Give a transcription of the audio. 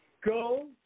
go